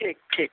ठीक ठीक